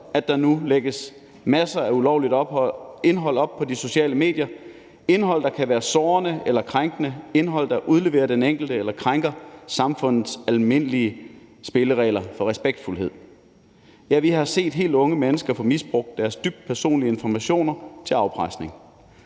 at der nu lægges masser af ulovligt indhold op på de sociale medier – indhold, der kan være sårende eller krænkende, indhold, der udleverer den enkelte eller krænker samfundets almindelige spilleregler for respektfuldthed. Ja, vi har set helt unge mennesker få misbrugt deres dybt personlige informationer til afpresning.